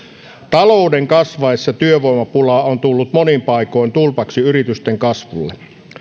talouden kasvaessa työvoimapula on tullut monin paikoin tulpaksi yritysten kasvulle